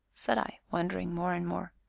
said i, wondering more and more.